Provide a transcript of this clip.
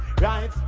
right